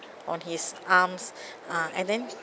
on his arms ah and then